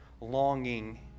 longing